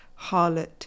harlot